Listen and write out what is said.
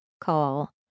call